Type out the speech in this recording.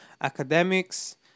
academics